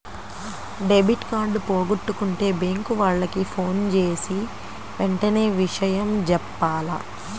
debit card పోగొట్టుకుంటే bank వాళ్లకి ఫోన్జేసి వెంటనే విషయం జెప్పాల